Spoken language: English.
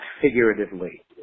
figuratively